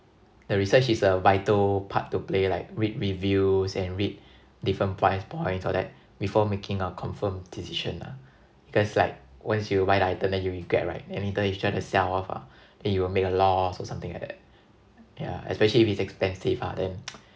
the research is a vital part to play like read reviews and read different price points all that before making a confirmed decision ah cause like once you buy the item then you regret right then later you try to sell off ah then you'll make a loss or something like that yeah especially if it's expensive lah then